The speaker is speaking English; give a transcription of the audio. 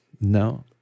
no